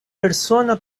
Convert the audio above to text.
persona